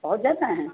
बहुत ज़्यादा हैं